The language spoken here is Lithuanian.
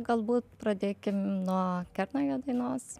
galbūt pradėkim nuo kernagio dainos